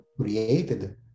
created